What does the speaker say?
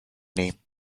name